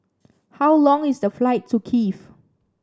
how long is the flight to Kiev